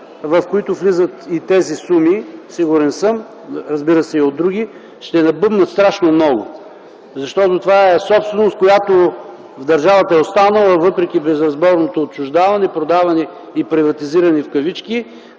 в които влизат и тези суми, разбира се и други, ще набъбнат страшно много. Това е собственост, която е останала в държавата въпреки безразборното отчуждаване, продаване и приватизиране в кавички,